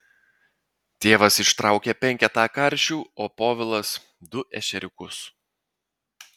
tėvas ištraukia penketą karšių o povilas du ešeriukus